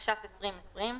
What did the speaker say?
התש"ף 2020,